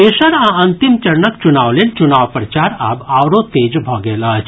तेसर आ अंतिम चरणक चुनाव लेल चुनाव प्रचार आब आओरो तेज भऽ गेल अछि